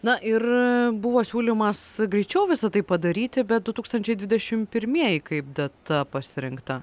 na ir buvo siūlymas greičiau visa tai padaryti bet du tūkstančiai dvidešim pirmieji kaip data pasirinkta